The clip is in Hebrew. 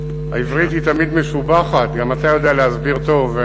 העברית היא תמיד משובחת, גם אתה יודע להסביר טוב,